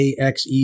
AXE